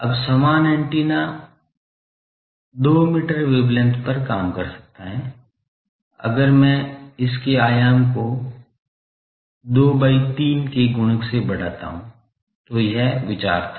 अब समान antenna 2 metre wavelength पर काम कर सकता है अगर मैं इसके आयाम को 2 by 3 के गुणक से बढ़ाता हूँ तो यह विचार था